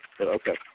okay